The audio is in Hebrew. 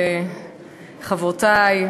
חברותי,